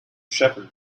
shepherd